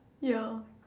ya